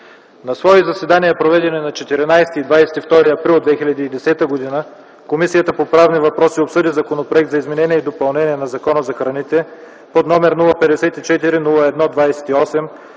На свои заседания, проведени на 14 и 22 април 2010 г., Комисията по правни въпроси обсъди Законопроект за изменение и допълнение на Закона за храните, № 054-01-28,